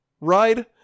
ride